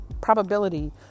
probability